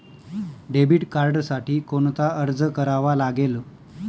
Debit कार्डसाठी कोणता अर्ज करावा लागेल?